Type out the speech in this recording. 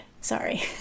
Sorry